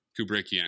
Kubrickian